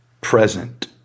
Present